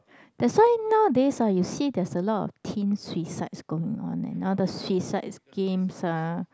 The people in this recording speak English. that's why nowadays ah you see there's a lot of teen suicides going on and now the suicides games ah